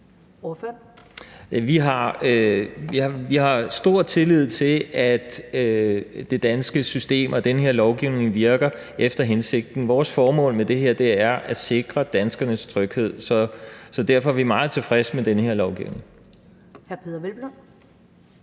Vi har stor tillid til, at det danske system og den her lovgivning virker efter hensigten. Vores formål med det her er at sikre danskernes tryghed, så derfor er vi meget tilfredse med den her lovgivning.